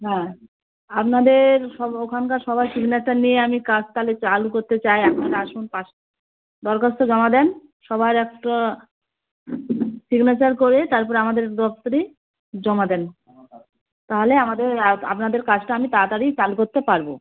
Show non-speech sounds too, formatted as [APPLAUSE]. হ্যাঁ আপনাদের সব ওখানকার সবাই [UNINTELLIGIBLE] নিয়ে আমি কাজ তালে চালু করতে চাই আপনারা আসুন পাশে দরখাস্ত জমা দেন সবার একটা সিগ্নেচার করে তারপরে আমাদের দপ্তরে জমা দেন তাহলে আমাদের আর আপনাদের কাজটা আমি তাড়াতাড়ি চালু করতে পারবো